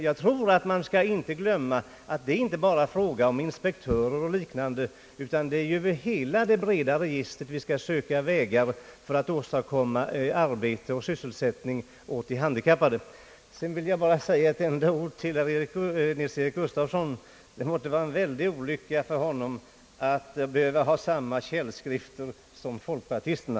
Jag tror att man inte skall glömma att det inte bara är fråga om inspektörer o. d., utan det är över ett större fält som vi skall söka vägar för att åstadkomma arbete åt de handikappade. Till sist vill jag bara säga ett enda ord till herr Nils-Eric Gustafsson. Det måste vara en väldig olycka för honom att behöva ha samma källskrifter som folkpartisterna.